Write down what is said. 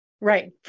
Right